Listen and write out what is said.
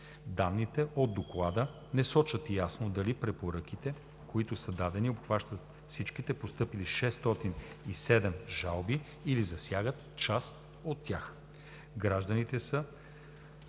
Данните от Доклада не сочат ясно дали препоръките, които са дадени обхващат всичките постъпили 607 жалби или засягат част от тях.